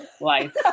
life